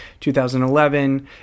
2011